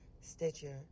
Stitcher